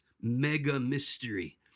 mega-mystery